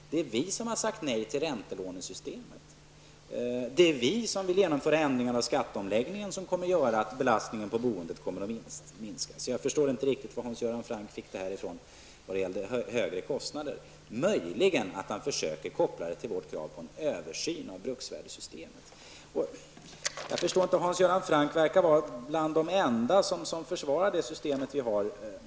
Det är vi som har sagt nej till räntelånesystemet. Det är vi som vill genomföra ändringar i skatteomläggningen, som kommer att medföra att belastningen på boendet kommer att minska. Jag förstår inte riktigt vad Hans Göran Franck fick detta ifrån i vad gäller högre kostnader. Han försöker möjligen koppla det till vårt krav på en översyn av bruksvärdessystemet. Hans Göran Franck verkar vara en av de få som försvarar det system som vi har.